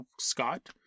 Scott